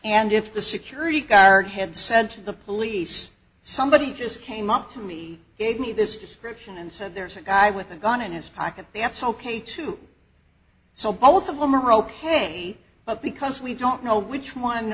and if the security guard had said to the police somebody just came up to me it me this description and said there's a guy with a gun in his pocket the x ok too so both of them are ok but because we don't know which one